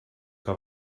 que